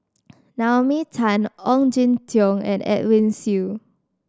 Naomi Tan Ong Jin Teong and Edwin Siew